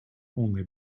only